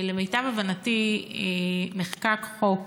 למיטב הבנתי, נחקק חוק